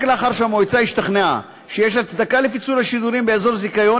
רק לאחר שהמועצה השתכנעה שיש הצדקה לפיצול השידורים באזור זיכיון,